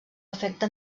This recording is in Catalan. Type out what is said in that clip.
efecte